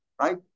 right